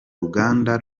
ruganda